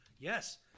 Yes